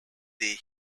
day